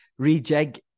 rejig